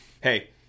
hey